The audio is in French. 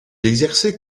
exerçait